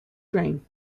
grain